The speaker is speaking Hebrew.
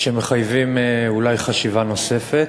שמחייבים אולי חשיבה נוספת,